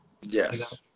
yes